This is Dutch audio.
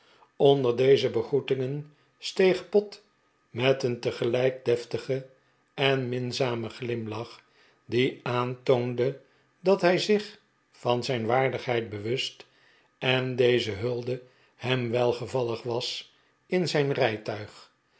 onder deze begroetingen steeg pott met een tegelijk deftigen en minzamen glimlach die aantoonde dat hij zich van zijn waardigheid bewust en deze hulde hem welgevallig was in zijn rijtuig